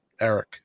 Eric